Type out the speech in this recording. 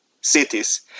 cities